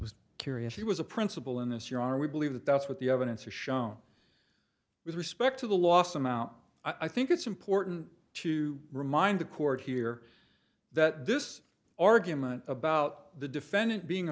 was curious she was a principal in this year are we believe that that's what the evidence has shown with respect to the last amount i think it's important to remind the court here that this argument about the defendant being